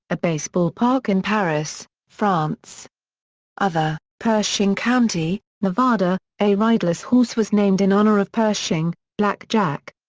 a baseball park in paris, france other pershing county, nevada a riderless horse was named in honor of pershing, black jack.